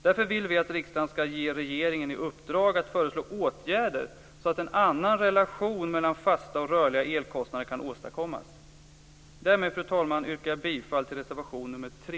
Därför vill vi att riksdagen skall ge regeringen i uppdrag att föreslå åtgärder så att en annan relation mellan fasta och rörliga elkostnader kan åstadkommas. Därmed, fru talman, yrkar jag bifall till reservation 3.